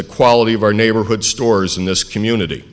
the quality of our neighborhood stores in this community